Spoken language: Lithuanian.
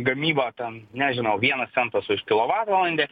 gamyba ten nežinau vienas centas už kilovatvalandę